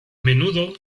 menudo